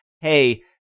hey